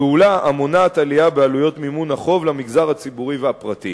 פעולה המונעת עלייה בעלויות מימון החוב למגזר הציבורי והפרטי.